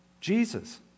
Jesus